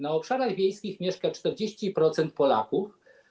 Na obszarach wiejskich mieszka 40% Polaków.